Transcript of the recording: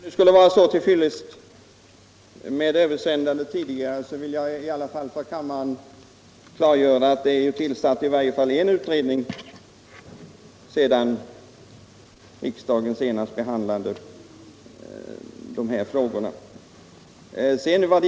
Herr talman! Om det nu skulle vara så till fyllest som herr Ekström anför utan överlämnandet av denna motion till utredningen vill jag i alla fall för kammaren påminna om att det tillsatts åtminstone en utredning sedan riksdagen senast behandlade liknande hemställan.